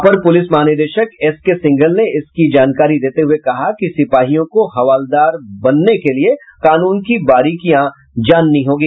अपर police महानिदेशक एसकेसिंघल ने इसकी जानकरी देते हुए कहा कि सिपाहियों को हवालदार बनने के लिए कानून की बारीकियां जाननी होगी